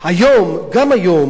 היום, גם היום,